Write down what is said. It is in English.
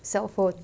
cellphone